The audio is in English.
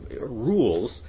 rules